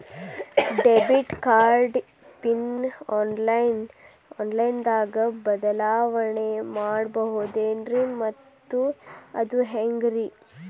Debit card PIN online ದಾಗ ಬದಲಾವಣೆ ಮಾಡಬಹುದೇನ್ರಿ ಮತ್ತು ಅದು ಹೆಂಗ್ರಿ?